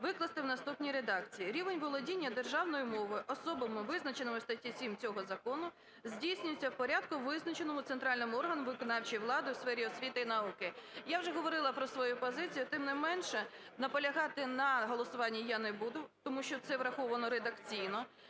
викласти у наступній редакції: "Рівень володіння державною мовою особами, визначеними в статті 7 цього закону, здійснюється у порядку, визначеному центральним органом виконавчої влади у сфері освіти і науки". Я вже говорила про свою позицію. Тим не менше, наполягати на голосуванні я не буду, тому що це враховано редакційно.